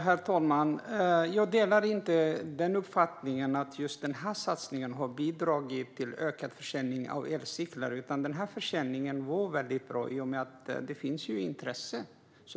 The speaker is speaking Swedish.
Herr talman! Jag delar inte uppfattningen att just den här satsningen har bidragit till en ökad försäljning av elcyklar, utan försäljningen går väldigt bra i och med att det finns intresse.